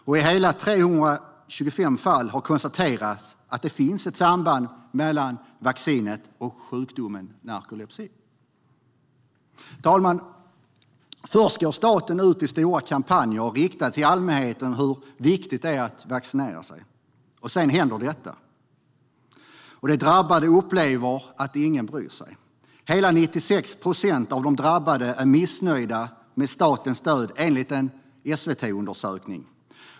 I hela 325 fall har det konstaterats att det finns ett samband mellan vaccinet och sjukdomen narkolepsi. Herr talman! Först går staten ut i stora kampanjer riktade till allmänheten om hur viktigt det är att vaccinera sig. Sedan händer detta. De drabbade upplever att ingen bryr sig. Hela 96 procent av de drabbade är missnöjda med statens stöd, enligt en SVT-undersökning.